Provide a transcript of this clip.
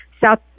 South